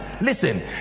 Listen